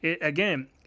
again